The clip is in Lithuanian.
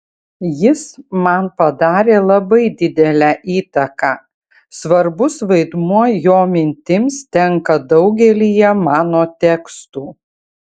jis man padarė labai didelę įtaką svarbus vaidmuo jo mintims tenka daugelyje mano tekstų